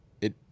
It-